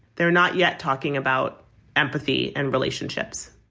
they are not yet talking about empathy and relationships.